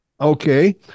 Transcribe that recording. Okay